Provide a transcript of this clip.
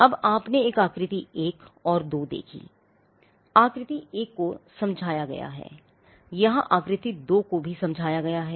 अब आपने एक आकृति 1 और 2 देखी आकृति 1 को समझाया गया है यहाँ आकृति 2 को यहाँ समझाया गया है